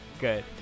Good